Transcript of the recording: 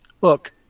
Look